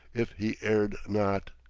if he erred not.